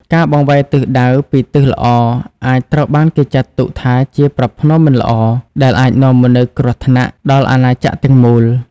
ការបង្វែរទិសដៅពីទិសល្អអាចត្រូវបានគេចាត់ទុកថាជាប្រផ្នូលមិនល្អ ដែលអាចនាំមកនូវគ្រោះថ្នាក់ដល់អាណាចក្រទាំងមូល។